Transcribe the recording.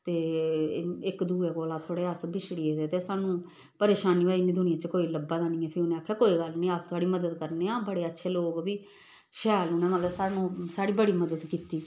ते इक दूए कोला थोह्ड़े अस बिछड़ गेदे ते सानूं परेशानी होऐ इन्नी दुनिया च कोई लब्भा दा निं ऐ फ्ही उनें आखेआ कोई गल्ल निं अस थुआढ़ी मदद करने आं बड़े अच्छे लोक बी शैल उ'नें मतलब सानूं साढ़ी बड़ी मदद कीती